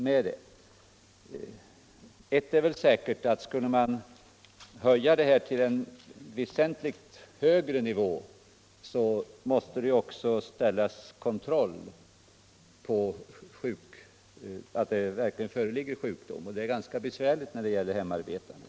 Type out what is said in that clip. Men ett är säkert: Skulle man höja ersättningen till väsentligt högre nivå, måste man också införa kontroll på att det verkligen föreligger sjukdom, och det är ganska besvärligt när det gäller hemarbetande.